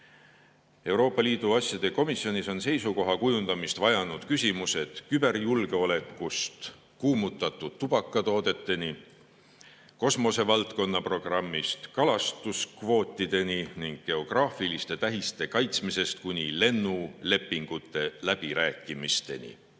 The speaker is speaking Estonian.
andma. Euroopa Liidu asjade komisjonis on seisukoha kujundamist vajanud küsimused küberjulgeolekust kuumutatavate tubakatoodeteni, kosmosevaldkonna programmist kalastuskvootideni ning geograafiliste tähiste kaitsmisest kuni lennulepingute läbirääkimisteni.